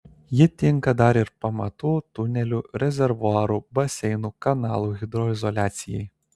ji tinka dar ir pamatų tunelių rezervuarų baseinų kanalų hidroizoliacijai